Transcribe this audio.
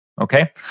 Okay